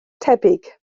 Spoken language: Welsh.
tebyg